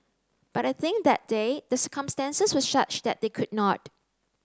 but I think that day the circumstances were such that they could not